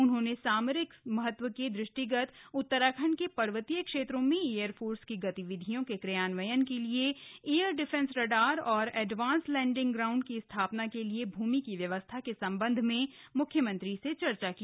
उन्होंने सामरिक महत्व के दृष्टिगत उत्तराखण्ड के र्वतीय क्षेत्रों में एयर फोर्स की गतिविधियों के क्रियान्वयन के लिए एयर डिफेन्स रडार और एडवांस लैंडिंग ग्राउंड की स्था ना के लिए भूमि की व्यवस्था के संबंध में मुख्यमंत्री से चर्चा की